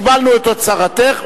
קיבלנו את הצהרתך,